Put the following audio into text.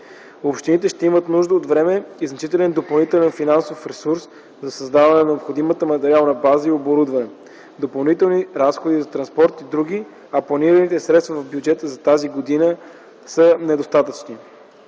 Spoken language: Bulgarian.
Общините ще имат нужда от време и значителен допълнителен финансов ресурс за създаване на необходимата материална база и оборудване, допълнителни разходи за транспорт и други, а планираните средства в бюджета за тази година са недостатъчни.